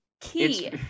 Key